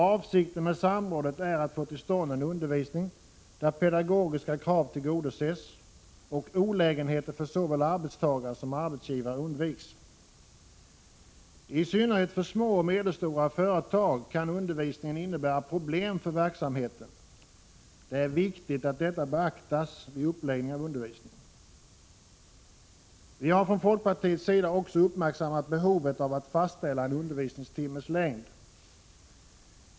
Avsikten med samrådet är att få till stånd en undervisning där pedagogiska krav tillgodoses och olägenheter för såväl arbetstagare som arbetsgivare undviks. I synnerhet för små och medelstora företag kan undervisningen innebära problem för verksamheten. Det är viktigt att detta beaktas vid uppläggningen av undervisningen. Vi har från folkpartiets sida också uppmärksammat behovet av att fastställa en undervisningstimmes längd.